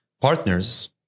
partners